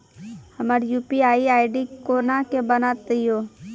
हमर UPI ID कोना के बनत यो?